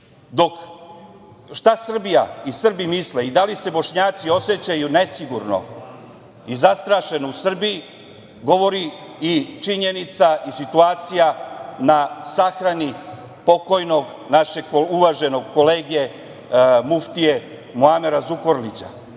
ratu. Šta Srbija i Srbi misle i da li se Bošnjaci osećaju nesigurno i zastrašeno u Srbiji, govori i činjenica i situacija na sahrani pokojnog našeg uvaženog kolege muftije Muamera Zukorlića,